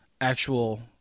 actual